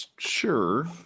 Sure